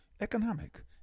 economic